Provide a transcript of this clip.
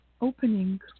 opening